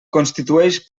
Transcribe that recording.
constitueix